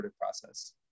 process